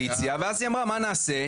הקואליציה ואז היא אמרה מה נעשה?